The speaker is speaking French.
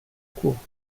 cours